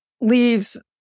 leaves